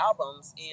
albums